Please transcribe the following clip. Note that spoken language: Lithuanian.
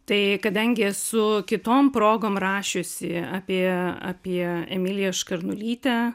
tai kadangi esu kitom progom rašiusi apie apie emiliją škarnulytę